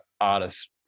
artists